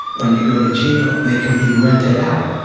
when they go to jail they can be rented out.